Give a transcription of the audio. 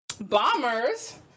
Bombers